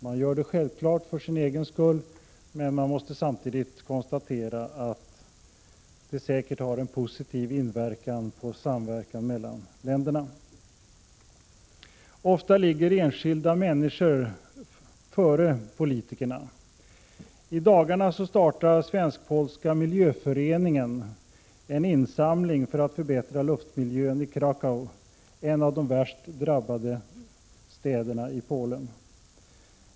Man gör det självfallet för sin egen skull, men vi måste samtidigt konstatera att det säkert har en positiv inverkan på samverkan mellan länderna. Ofta ligger enskilda människor före politikerna. I dagarna startar Svensk — Prot. 1986/87:118 polska miljöföreningen en insamling för att förbättra luftmiljön i Krakow, en 7 maj 1987 av de värst drabbade städerna i Polen.